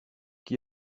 qui